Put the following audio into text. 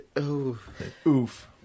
Oof